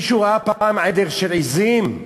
מישהו ראה פעם עדר של עזים?